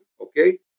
okay